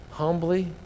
humbly